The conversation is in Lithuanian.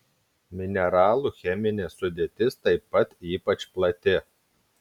mineralų cheminė sudėtis taip pat ypač plati